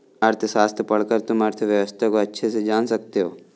अर्थशास्त्र पढ़कर तुम अर्थव्यवस्था को अच्छे से जान सकते हो